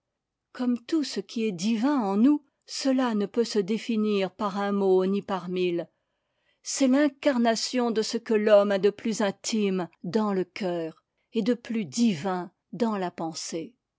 comme tout ce qui est divin en nous cela ne peut se définir par un mot ni par mille c'est l'incarnation de ce que l'homme a de plus intime dans le cœur et de plus divin dans la pensée